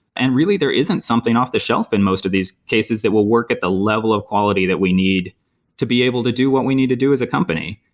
and really there isn't something off-the-shelf in most of these cases that will work at the level of quality that we need to be able to do what we need to do as a company.